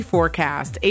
Forecast